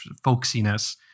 folksiness